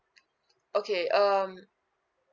okay um